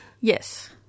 Yes